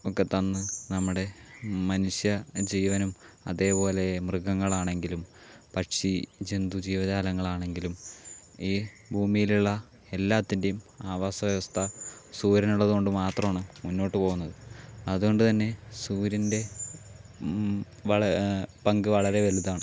ഒക്കെ തന്ന് നമ്മുടെ മനുഷ്യജീവനും അതേപോലെ മൃഗങ്ങളാണെങ്കിലും പക്ഷി ജന്തു ജീവജാലങ്ങളാണെങ്കിലും ഈ ഭൂമിയിലുള്ള എല്ലാത്തിൻ്റെയും ആവാസ വ്യവസ്ഥ സൂര്യനുള്ളത് കൊണ്ടുമാത്രമാണ് മുന്നോട്ടുപോകുന്നത് അതുകൊണ്ടുതന്നെ സൂര്യൻ്റെ വള പങ്ക് വളരെ വലുതാണ്